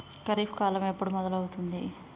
ఖరీఫ్ కాలం ఎప్పుడు మొదలవుతుంది?